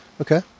Okay